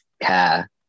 care